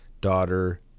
daughter